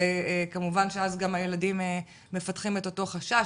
כמובן שאז גם הילדים מפתחים את אותו חשש,